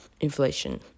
inflation